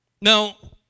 Now